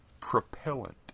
propellant